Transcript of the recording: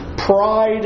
Pride